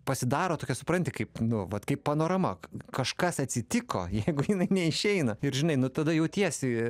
pasidaro tokia supranti kaip nu vat kaip panorama kažkas atsitiko jeigu jinai neišeina ir žinai nu tada jautiesi